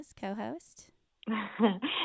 co-host